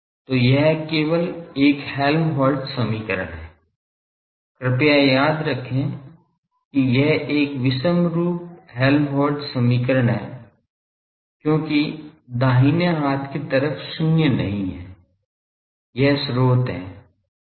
तो यह केवल एक हेल्महोल्ट्ज़ समीकरण है कृपया याद रखें कि यह एक विषमरूप हेल्महोल्त्ज़ समीकरण है क्योंकि दाहिने हाथ की तरफ शून्य नहीं है यह स्रोत है